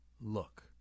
look